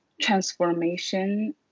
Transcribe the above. transformation